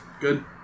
Good